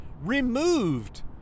removed